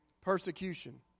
Persecution